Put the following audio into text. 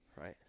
Right